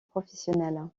professionnel